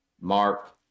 mark